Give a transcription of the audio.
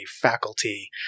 faculty